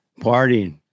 partying